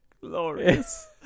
Glorious